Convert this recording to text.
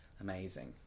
amazing